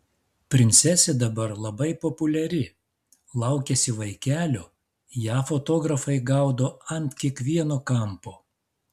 princesė dabar labai populiari laukiasi vaikelio ją fotografai gaudo ant kiekvieno kampo